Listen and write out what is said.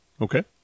Okay